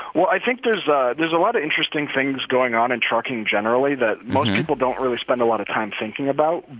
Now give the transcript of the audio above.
well, i think there's ah there's a lot of interesting things going on in trucking generally that most people don't really spend a lot of time thinking about.